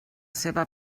seva